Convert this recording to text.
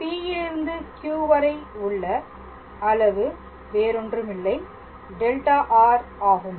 P இலிருந்து Q வரை உள்ள அளவு வேறொன்றுமில்லை δr ஆகும்